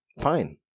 fine